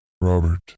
Robert